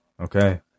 Okay